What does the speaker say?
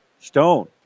Stone